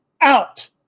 out